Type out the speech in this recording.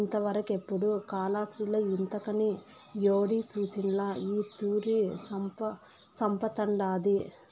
ఇంతవరకెపుడూ కాలాస్త్రిలో ఇంతకని యేడి సూసుండ్ల ఈ తూరి సంపతండాది